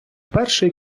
перший